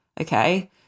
okay